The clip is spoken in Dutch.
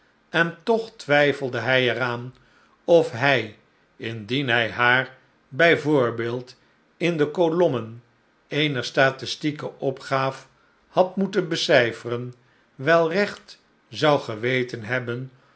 en toch twijfelde hi er aan of hij indien hij haar bij voorbeeid in de kolommen eener statistieke opgaaf had moeten becijferen wel recht zou geweten hebben